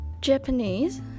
Japanese